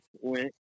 went